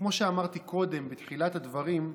כמו שאמרתי קודם, בתחילת הדברים,